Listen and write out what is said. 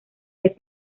les